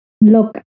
look